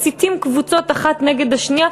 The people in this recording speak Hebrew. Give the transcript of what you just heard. מסיתים קבוצות האחת נגד השנייה,